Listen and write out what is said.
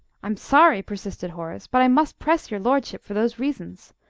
i am sorry, persisted horace, but i must press your lordship for those reasons.